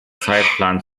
zeitplan